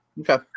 Okay